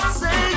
say